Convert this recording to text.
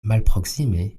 malproksime